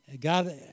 God